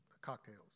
cocktails